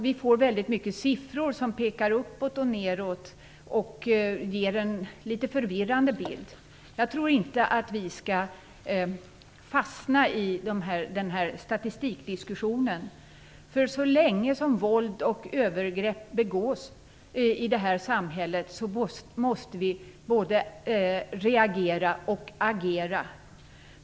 Vi får väldigt mycket siffror som pekar uppåt och neråt och ger en litet förvirrande bild. Jag tror inte att vi skall fastna i denna statistikdiskussion. Så länge som våld och övergrepp begås i samhället måste vi både reagera och agera.